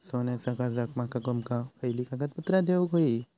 सोन्याच्या कर्जाक माका तुमका खयली कागदपत्रा देऊक व्हयी?